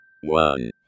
one